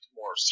more